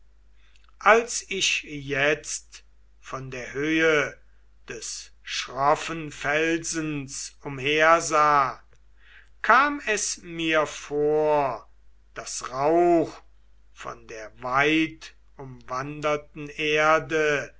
als ich jetzt von der höhe des schroffen felsens umhersah kam es mir vor daß rauch von der weitumwanderten erde